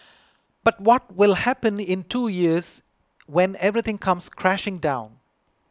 but what will happen in two years when everything comes crashing down